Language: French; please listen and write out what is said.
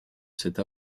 cette